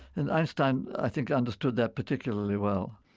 and einstein, i think, understood that particularly well